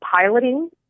piloting